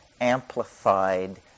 amplified